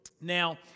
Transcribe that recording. Now